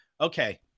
okay